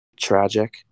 Tragic